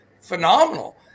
phenomenal